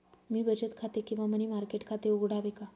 मी बचत खाते किंवा मनी मार्केट खाते उघडावे का?